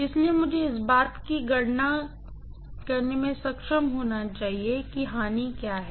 इसलिए मुझे इस बात की गणना करने में सक्षम होना चाहिए कि लॉस क्या हैं